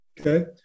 Okay